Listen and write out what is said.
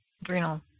adrenal